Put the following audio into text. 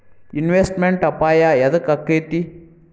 Investment ಅಪಾಯಾ ಯದಕ ಅಕ್ಕೇತಿ?